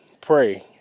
pray